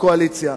ולקואליציה,